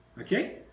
Okay